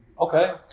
okay